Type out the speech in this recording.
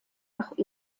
nach